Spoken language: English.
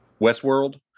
Westworld